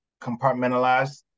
compartmentalized